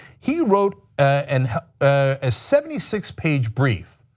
he wrote and a seventy six page brief,